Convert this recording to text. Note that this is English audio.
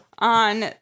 On